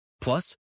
Plus